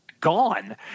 gone